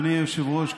אדוני היושב-ראש,